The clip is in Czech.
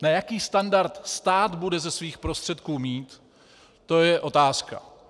Na jaký standard stát bude ze svých prostředků mít, to je otázka.